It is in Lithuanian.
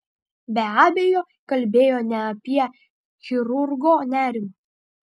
be abejo kalbėjo ne apie chirurgo nerimą